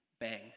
bang